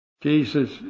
Jesus